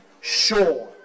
sure